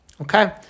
Okay